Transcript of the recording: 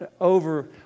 over